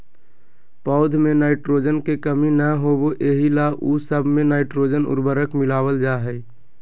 पौध में नाइट्रोजन के कमी न होबे एहि ला उ सब मे नाइट्रोजन उर्वरक मिलावल जा हइ